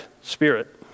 spirit